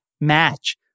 match